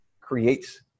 creates